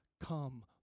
come